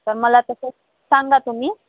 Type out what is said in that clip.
तर मला तसं सांगा तुम्ही